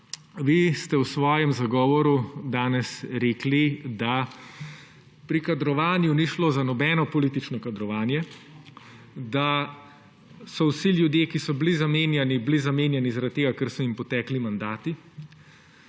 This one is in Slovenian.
Vi ste v svojem zagovoru danes rekli, da pri kadrovanju ni šlo za nobeno politično kadrovanje, da so bili vsi ljudje, ki so bili zamenjani, zamenjani zaradi tega, ker so jim potekli mandati,